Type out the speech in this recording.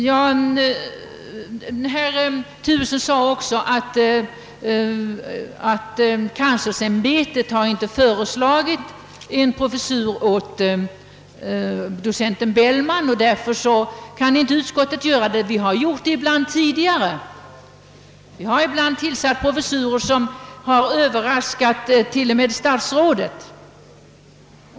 Vidare sade herr Turesson att universitetskanslersämbetet inte har föreslagit någon professur åt docent Bellman och därför inte utskottet heller kan göra det. Sådant har vi gjort tidigare. Vi har ibland inrättat professurer, som till och med har överraskat statsrådet.